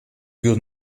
good